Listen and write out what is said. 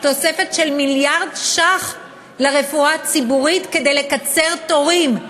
תוספת של מיליארד ש"ח לרפואה הציבורית כדי לקצר תורים,